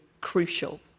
crucial